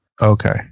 Okay